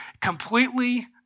Completely